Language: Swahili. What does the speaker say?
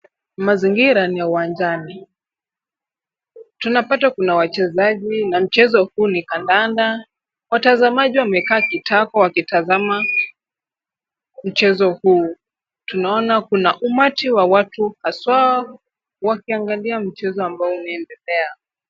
Mazingira ni ya uwanjani, tunapata kuna wachezaji, na mchezo huu ni kandanda. Watazamaji wamekaa kitako wakitazama mchezo huu. Tunaona kuna umati wa watu haswaa, wakiangalia mchezo ambao unaoendelea.